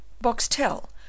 Boxtel